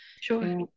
Sure